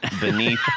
beneath